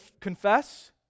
confess